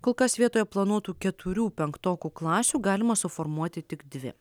kol kas vietoje planuotų keturių penktokų klasių galima suformuoti tik dvi